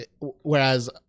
whereas